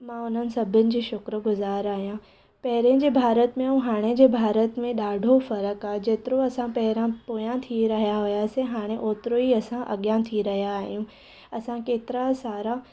मां उन्हनि सभिनि जी शुकुरुगुज़ार आहियां पहिरें जे भारत में ऐं हाणे जे भारत में ॾाढो फ़र्क़ु आहे जेतिरो असां पहिरियां पोयां थी रहिया वियासीं हाणे ओतिरो ही असां अॻियां थी रहिया आहियूं असां केतिरा सारा